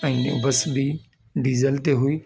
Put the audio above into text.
अने बस बि डीजल ते हुई